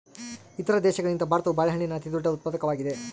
ಇತರ ದೇಶಗಳಿಗಿಂತ ಭಾರತವು ಬಾಳೆಹಣ್ಣಿನ ಅತಿದೊಡ್ಡ ಉತ್ಪಾದಕವಾಗಿದೆ